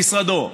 למשרדו.